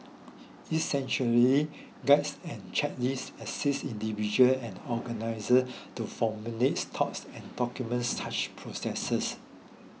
essentially guides and checklists assist and organisers to formalise thoughts and documents such processes